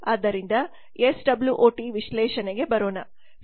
ಆದ್ದರಿಂದ S W O T ವಿಶ್ಲೇಷಣೆಗೆ ಬರೋಣ